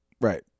Right